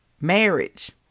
Marriage